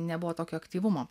nebuvo tokio aktyvumo